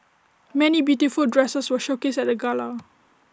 many beautiful dresses were showcased at the gala